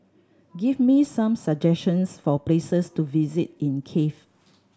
give me some suggestions for places to visit in Kiev